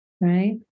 right